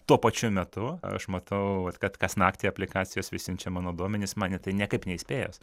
tuo pačiu metu aš matau kad kas naktį aplikacijos vis siunčia mano duomenis man į tai niekaip neįspėjęs